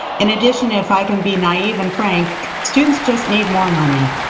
in addition, if i can be naive and frank, students just need more money,